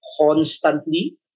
constantly